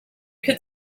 could